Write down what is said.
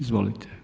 Izvolite.